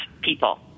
people